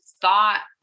thought